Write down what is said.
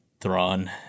Thrawn